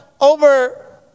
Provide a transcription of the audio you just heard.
over